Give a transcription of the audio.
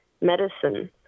medicine